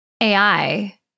AI